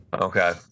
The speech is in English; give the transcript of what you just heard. Okay